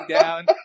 down